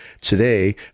Today